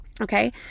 Okay